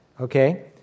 Okay